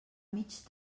mig